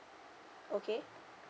okay